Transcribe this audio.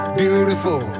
beautiful